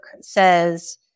says